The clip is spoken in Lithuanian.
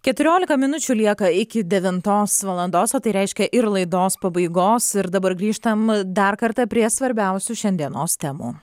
keturiolika minučių lieka iki devintos valandos o tai reiškia ir laidos pabaigos ir dabar grįžtam dar kartą prie svarbiausių šiandienos temų